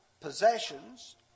possessions